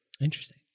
Interesting